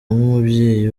nk’umubyeyi